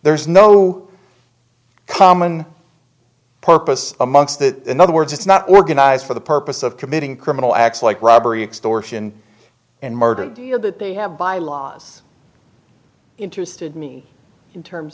there's no common purpose amongst that in other words it's not organized for the purpose of committing criminal acts like robbery extortion and murder of that they have by laws interested me in terms